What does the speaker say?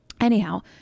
anyhow